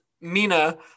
Mina